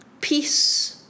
peace